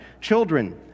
children